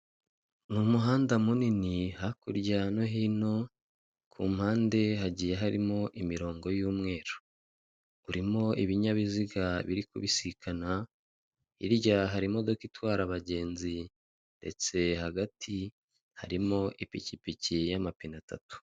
Ni umuhanda munini, hakurya no hino ku mpande hagiye harimo imirongo y'umweru. Urimo ibinyabiziga biri kubisikana, hirya hari imodoka itwara abagenzi, ndetse hagati harimo ipikipiki y'amapine atatu.